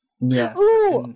Yes